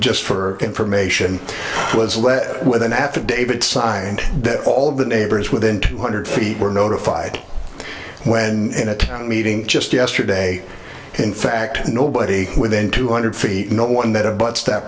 just for information was led with an affidavit signed that all of the neighbors within two hundred feet were notified when in a town meeting just yesterday in fact nobody within two hundred feet not one that abuts that